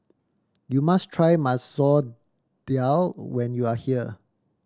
you must try Masoor Dal when you are here